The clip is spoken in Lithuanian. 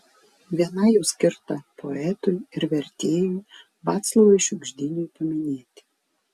viena jų skirta poetui ir vertėjui vaclovui šiugždiniui paminėti